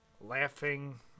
laughing